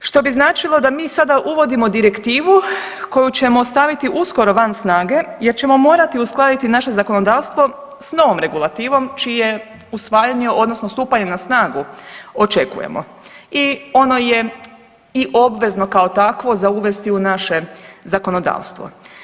Što bi značilo da mi sada uvodimo direktivu koju ćemo staviti uskoro van snage jer ćemo morati uskladiti naše zakonodavstvo s novom regulativnom čije usvajanje odnosno stupanje na snagu očekujemo i ono je i obvezno kao takvo za uvesti u naše zakonodavstvo.